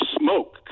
smoke